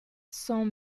sans